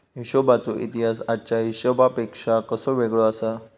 हिशोबाचो इतिहास आजच्या हिशेबापेक्षा कसो वेगळो आसा?